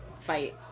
fight